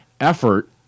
effort